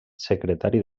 secretari